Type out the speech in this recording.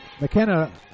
McKenna